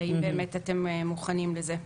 האם אתם מוכנים לזה?